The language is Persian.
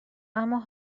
اما